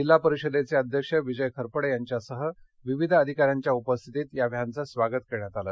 जिल्हा परिषदेचे अध्यक्ष विजय खरपडे यांच्यासह विविध अधिकाऱ्यांच्या उपस्थितीत या व्हप्रिं स्वागत करण्यात आलं